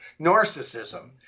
narcissism